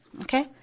Okay